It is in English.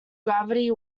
gravity